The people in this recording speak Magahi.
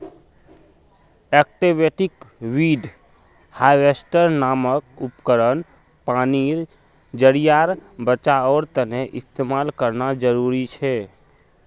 एक्वेटिक वीड हाएवेस्टर नामक उपकरण पानीर ज़रियार बचाओर तने इस्तेमाल करना ज़रूरी छे